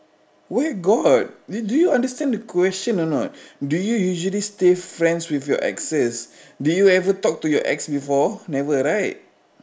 where got do you do you understand the question or not do you usually stay friends with your exes do you ever talk to your ex before never right